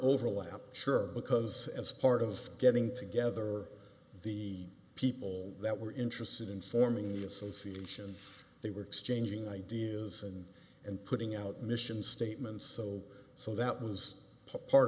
overlap sure because as part of getting together the people that were interested in forming a association they were exchanging ideas and and putting out mission statements so so that was part